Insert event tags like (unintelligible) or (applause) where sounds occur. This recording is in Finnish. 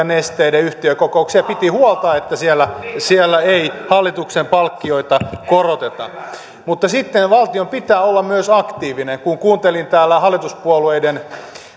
(unintelligible) nesteen yhtiökokouksiin ja piti huolta että siellä siellä ei hallituksen palkkioita koroteta mutta sitten valtion pitää olla myös aktiivinen kun kuuntelin täällä hallituspuolueiden